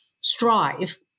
strive